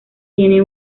tiene